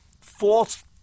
false